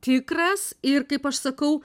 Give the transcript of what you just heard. tikras ir kaip aš sakau